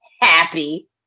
happy